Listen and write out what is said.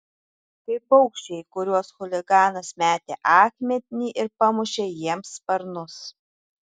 kaip paukščiai į kuriuos chuliganas metė akmenį ir pamušė jiems sparnus